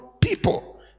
people